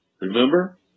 Remember